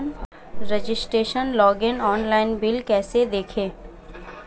Registration login online bill कैसे देखें?